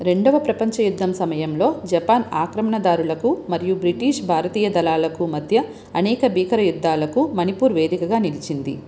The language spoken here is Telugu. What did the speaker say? రెండవ ప్రపంచ యుద్ధం సమయంలో జపాన్ ఆక్రమణదారులకు మరియు బ్రిటీష్ భారతీయ దళాలకు మధ్య అనేక భీకర యుద్ధాలకు మణిపూర్ వేదికగా నిలిచింది